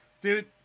Dude